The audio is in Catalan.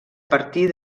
partir